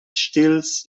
stils